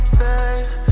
babe